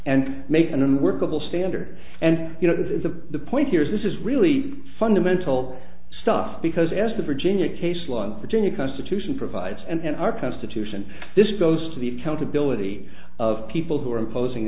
and make an unworkable standard and you know this is the the point here is this is really fundamental stuff because as the virginia case one virginia constitution provides and in our constitution this goes to the accountability of people who are imposing